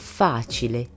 facile